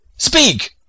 Speak